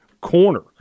Corner